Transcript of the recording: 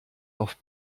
auf